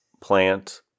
plant